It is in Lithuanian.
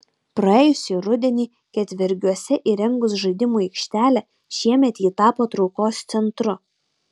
praėjusį rudenį ketvergiuose įrengus žaidimų aikštelę šiemet ji tapo traukos centru